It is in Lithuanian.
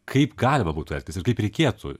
kaip galima būtų elgtis ir kaip reikėtų